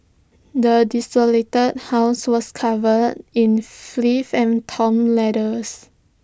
the desolated house was covered in and torn letters